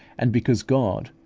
and because god,